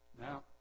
Now